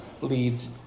leads